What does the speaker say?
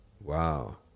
wow